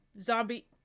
zombie